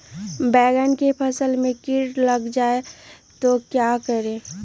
बैंगन की फसल में कीट लग जाए तो क्या करें?